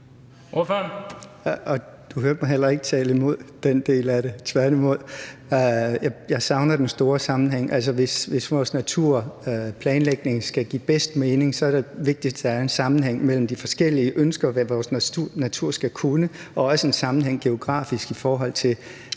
Du hørte mig heller ikke tale imod den del af det, tværtimod. Jeg savner den store sammenhæng. Altså, hvis vores naturplanlægning skal give bedst mening, er det vigtigt, at der er en sammenhæng mellem de forskellige ønsker, og hvad vores natur skal kunne, og også en sammenhæng geografisk i forhold til